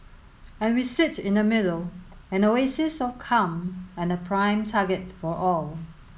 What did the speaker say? and we sit in the middle an oasis of calm and a prime target for all